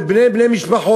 ואת בני בני המשפחות,